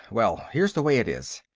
well, here's the way it is.